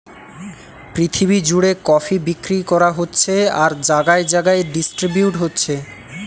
পৃথিবী জুড়ে কফি বিক্রি করা হচ্ছে আর জাগায় জাগায় ডিস্ট্রিবিউট হচ্ছে